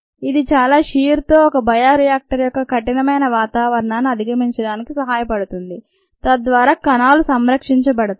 ఇది చాలా షీర్ తో ఒక బయోరియాక్టర్ యొక్క కఠినమైన వాతావరణాన్ని అధిగమించడానికి సహాయపడుతుంది తద్వారా కణాలు సంరక్షించబడతాయి